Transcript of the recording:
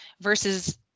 versus